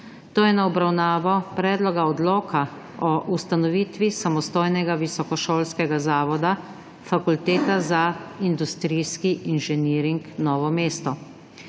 Kolegice, kolegi! Predlog odloka o ustanovitvi samostojnega visokošolskega zavoda Fakulteta za industrijski inženiring Novo mesto